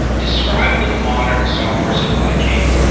describe the modern software supply chain.